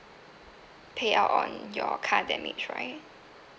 payout on your car damage right